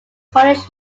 cornish